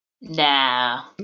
Nah